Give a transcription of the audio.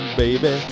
baby